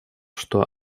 что